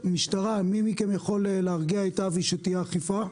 המשטרה, מי מכם יכול להרגיע את אבי שתהיה אכיפה?